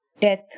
Death